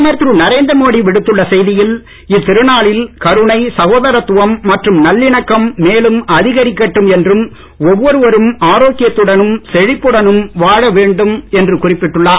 பிரதமர் திரு நரேந்திர மோடி விடுத்துள்ள செய்தியில் இத்திருநாளில் கருணை சகோதரத்துவம் மற்றும் நல்லிணக்கம் மேலும் அதிகரிக்கட்டும் என்றும் ஒவ்வொருவரும் ஆரோக்கியத்துடனும் செழிப்புடனும் வாழ வேண்டும் என்று குறிப்பிட்டுள்ளார்